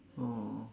oh